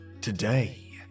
today